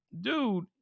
dude